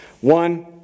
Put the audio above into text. One